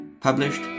published